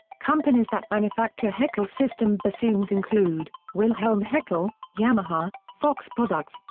companies that manufacture heckel-system bassoons include wilhelm heckel, yamaha, fox products,